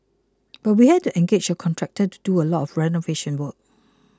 but we had to engage a contractor to do a lot of renovation work